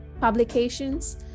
publications